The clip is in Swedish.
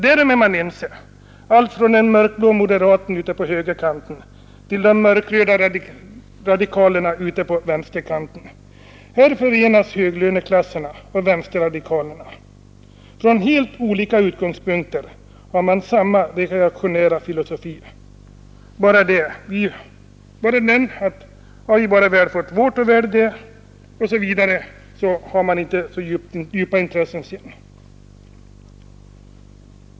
Därom är man ense alltifrån de mörkblå moderaterna ute på högerkanten till de mörkröda radikalerna på vänsterkanten. Här förenas höglöneklasserna och vänsterradikalerna. Från helt olika utgångspunkter har man samma reaktionära filosofi — och den går ut på att ”har vi bara fått vårt och väl det, så har vi inte så djupt intresse för andra”.